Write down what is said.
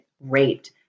raped